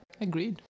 agreed